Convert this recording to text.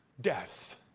death